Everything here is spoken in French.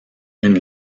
une